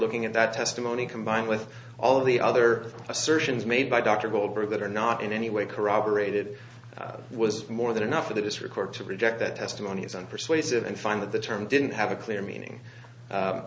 looking at that testimony combined with all of the other assertions made by dr goldberg that are not in any way corroborated was more than enough for this record to reject that testimony and persuasive and find that the term didn't have a clear meaning